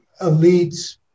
elites